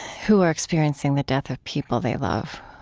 who are experiencing the death of people they love.